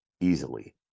easily